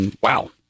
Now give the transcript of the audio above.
Wow